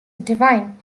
divine